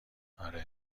آره